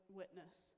witness